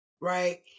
right